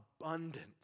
abundance